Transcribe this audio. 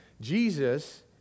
Jesus